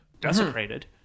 desecrated